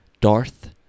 Darth